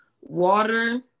water